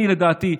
לדעתי,